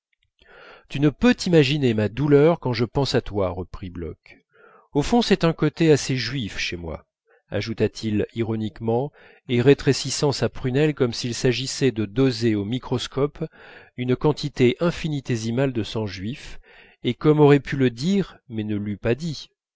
tu ne peux t'imaginer ma douleur quand je pense à toi reprit bloch au fond c'est un côté assez juif chez moi ajouta-t-il ironiquement en rétrécissant sa prunelle comme s'il s'agissait de doser au microscope une quantité infinitésimale de sang juif et comme aurait pu le dire mais ne l'eût pas dit